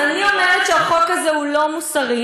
אז אני אומרת שהחוק הזה הוא לא מוסרי.